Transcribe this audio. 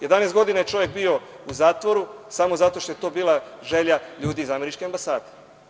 Jedanaest godina je čovek bio u zatvoru samo zato što je to bila želja ljudi iz američke ambasade.